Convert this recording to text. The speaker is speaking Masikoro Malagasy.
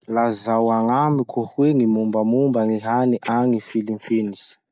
Lazao agnamiko hoe gny mombamomba gny hany agny Philippines?